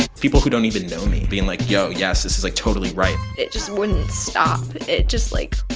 people who don't even know me being like, yo, yes this is, like, totally right it just wouldn't stop. it just, like,